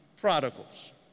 prodigals